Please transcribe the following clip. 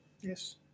Yes